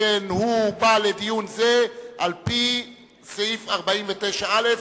שכן הוא בא לדיון זה על-פי סעיף 49א,